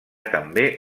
també